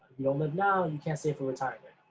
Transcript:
you don't live now, and you can't save for retirement.